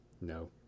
no